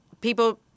People